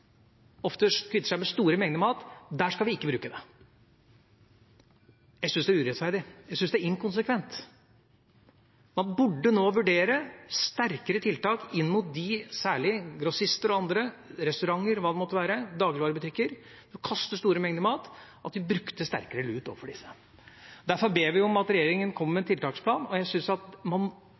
kvitter seg med store mengder mat, skal man ikke bruke det. Jeg syns det er urettferdig, jeg syns det er inkonsekvent. Man burde nå vurdere å bruke sterkere lut overfor grossister og andre, restauranter, dagligvarebutikker og hva det måtte være, som kaster store mengder mat. Derfor ber vi om at regjeringen kommer med en tiltaksplan. Jeg syns at man